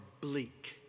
bleak